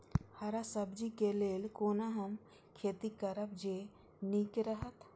हरा सब्जी के लेल कोना हम खेती करब जे नीक रहैत?